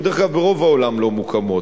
דרך אגב, ברוב העולם לא מוקמות.